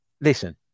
Listen